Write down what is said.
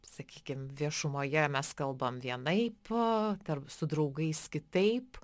sakykim viešumoje mes kalbam vienaip tarp su draugais kitaip